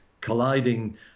colliding